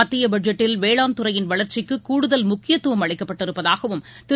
மத்தியபட்ஜெட்டில் வேளாண் துறையின் வளர்ச்சிக்குகூடுதல் முக்கியத்துவம் அளிக்கப்பட்டிருப்பதாகவும் திரு